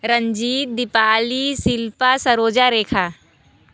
Ranjit Deepali Shilpa Saroja Rekha